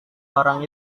barang